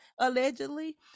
allegedly